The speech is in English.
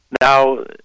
Now